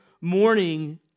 morning